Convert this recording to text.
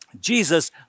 Jesus